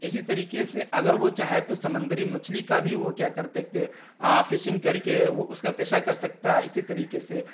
اسی طریقے سے اگر وہ چاہے تو سمندری مچھلی کا بھی وہ کیا کر تکتے فشنگ کر کے وہ اس کا پیشہ کر سکتا ہے اسی طریقے سے